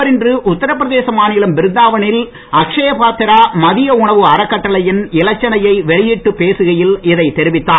அவர் இன்று உத்தரபிரதேச மாநிலம் பிருந்தாவனில் அக்ஷ்யபாத்திரா மதிய உணவு அறக்கட்டளையின் இலச்சினையை வெளியிட்டுப் பேசுகையில் இதைத் தெரிவித்தார்